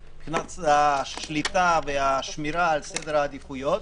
השליטה והשמירה על סדר העדיפויות,